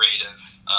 creative